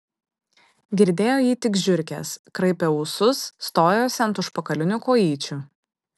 girdėjo jį tik žiurkės kraipė ūsus stojosi ant užpakalinių kojyčių